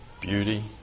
beauty